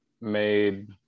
made